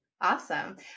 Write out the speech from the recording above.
Awesome